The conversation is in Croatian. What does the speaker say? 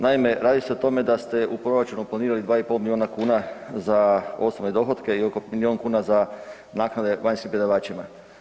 Naime, radi se o tome da ste u proračunu planirali 2,5 milijuna kuna za osobne dohotke i oko milijun kuna za naknade vanjskim predavačima.